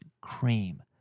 cream